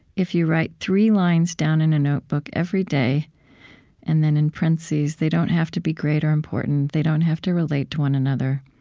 if you write three lines down in a notebook every day and then, in parentheses, they don't have to be great or important, they don't have to relate to one another,